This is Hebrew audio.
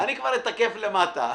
אני כבר אתקף למטה.